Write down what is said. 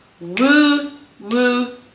woo-woo